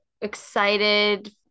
excited